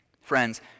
Friends